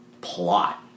plot